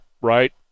right